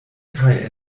kaj